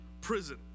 prison